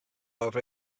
however